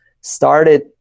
started